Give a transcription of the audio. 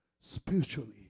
spiritually